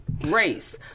race